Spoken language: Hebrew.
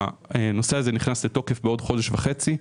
הנושא הזה ייכנס לתוקף בעוד חודש וחצי,